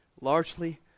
largely